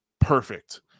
perfect